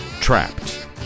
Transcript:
trapped